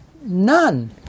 None